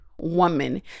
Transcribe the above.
woman